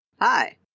hi